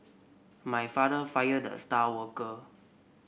my father fired the star worker